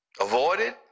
avoided